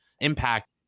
impact